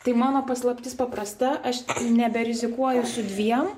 tai mano paslaptis paprasta aš neberizikuoju su dviem